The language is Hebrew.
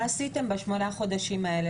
מה עשיתם בשמונה חודשים האלה?